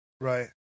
Right